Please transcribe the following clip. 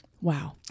Wow